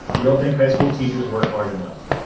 we don't think high school teachers work hard enough.